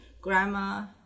grammar